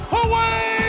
away